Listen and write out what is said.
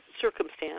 circumstance